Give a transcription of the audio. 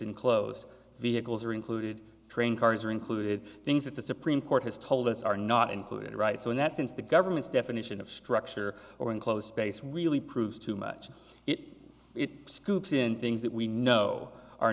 enclosed vehicles or included train cars are included things that the supreme court has told us are not included right so in that sense the government's definition of structure or enclosed space really proves too much it it scoops in things that we know are